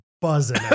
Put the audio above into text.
buzzing